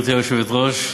גברתי היושבת-ראש,